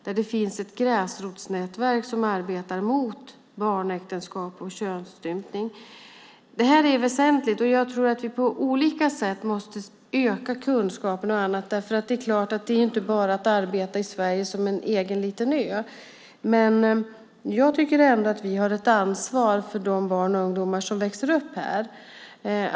Där finns ett gräsrotsnätverk som arbetar mot barnäktenskap och könsstympning. Detta är väsentligt. Vi måste på olika sätt öka kunskapen. Vi kan inte bara arbeta i Sverige som en egen liten ö. Vi har dock ett ansvar för de barn och ungdomar som växer upp här.